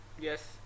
Yes